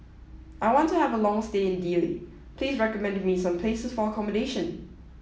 I want to have a long stay in Dili please recommend me some places for accommodation